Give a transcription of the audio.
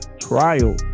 trial